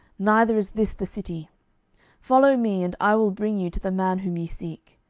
neither is this the city follow me, and i will bring you to the man whom ye seek.